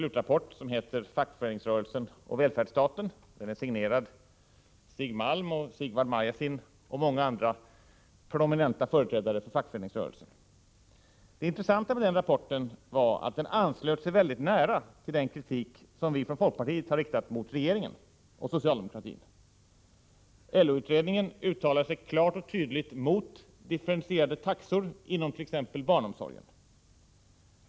Utredningen heter Fackföreningsrörelsen och välfärdsstaten, och den är signerad av Stig Malm, Sigvard Marjasin och många andra prominenta företrädare för fackföreningsrörelsen. Det intressanta med den rapporten var att den anslöt sig väldigt nära till den kritik som vi har riktat mot regeringen och socialdemokratin. LO-utredningen uttalar sig klart och tydligt mot differentierade taxor inom t.ex. barnomsorgen.